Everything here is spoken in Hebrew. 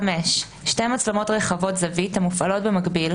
שתי מצלמות רחבות זווית המופעלות במקביל